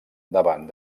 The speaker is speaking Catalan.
davant